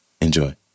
Enjoy